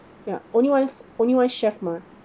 ya only one only one chef mah